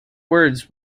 words